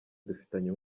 dufitanye